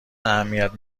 اهمیت